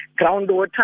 groundwater